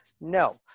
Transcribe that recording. No